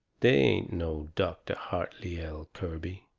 they ain't no dr. hartley l. kirby.